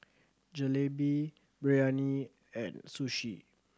Jalebi Biryani and Sushi